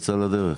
יצאה לדרך.